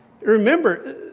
Remember